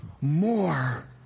more